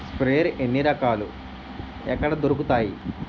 Sprayer ఎన్ని రకాలు? ఎక్కడ దొరుకుతాయి?